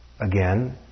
again